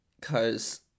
cause